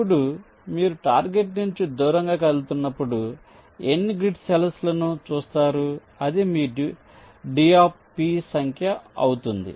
ఇప్పుడు మీరు టార్గెట్ నుంచి దూరంగా కదులుతున్నప్పుడు ఎన్ని గ్రిడ్ సెల్స్ లను చూస్తారు అది మీ d సంఖ్య అవుతుంది